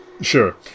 Sure